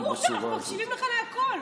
ברור שאנחנו מקשיבים לך להכול.